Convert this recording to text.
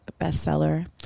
bestseller